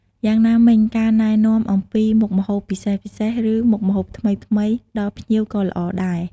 យ៉ាងណាមិញការណែនាំអំពីមុខម្ហូបពិសេសៗ ឬមុខម្ហូបថ្មីៗដល់ភ្ញៀវក៏ល្អដែរ។